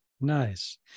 Nice